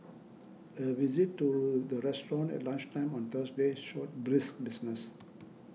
a visit to the restaurant at lunchtime on Thursday showed brisk business